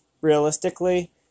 Realistically